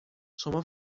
شما